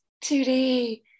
today